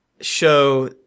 show